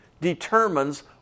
determines